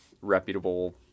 reputable